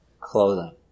clothing